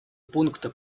пункта